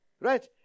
right